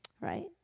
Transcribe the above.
Right